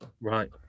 Right